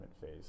phase